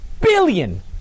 billion